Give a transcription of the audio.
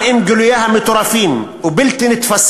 גם עם גילוייה המטורפים והבלתי-נתפסים,